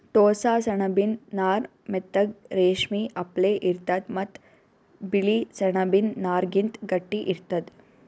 ಟೋಸ್ಸ ಸೆಣಬಿನ್ ನಾರ್ ಮೆತ್ತಗ್ ರೇಶ್ಮಿ ಅಪ್ಲೆ ಇರ್ತದ್ ಮತ್ತ್ ಬಿಳಿ ಸೆಣಬಿನ್ ನಾರ್ಗಿಂತ್ ಗಟ್ಟಿ ಇರ್ತದ್